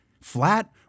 flat